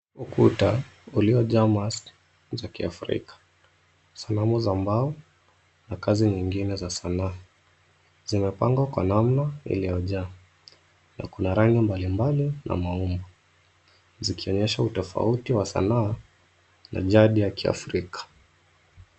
Ukuta uliojaa mask za kiafrika, sanamu za mbao na kazi nyingine za sanaa. Zimepangwa kwa namna iliyojaa na kuna rangi mbalimbali na maumbo zikionyesha utofauti wa sanaa na jadi ya kiafrika.